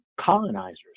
colonizers